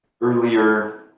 earlier